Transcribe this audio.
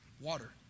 water